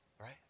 right